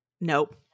nope